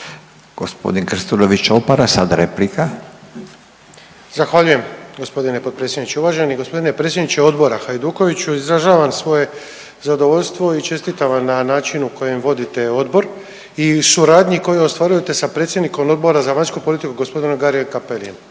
**Krstulović Opara, Andro (HDZ)** Zahvaljujem g. potpredsjedniče. Uvaženi g. predsjedniče odbora Hajdukoviću, izražavam svoje zadovoljstvo i čestitam vam na načinu kojim vodite odbor i suradnji koju ostvarujete sa predsjednikom Odbora za vanjsku politiku g. Garijem Cappellijem,